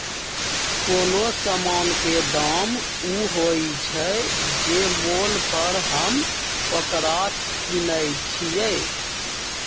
कोनो समान के दाम ऊ होइ छइ जे मोल पर हम ओकरा किनइ छियइ